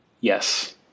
Yes